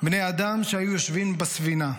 " בני אדם שהיו יושבין בספינה,